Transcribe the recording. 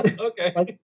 Okay